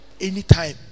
Anytime